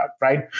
right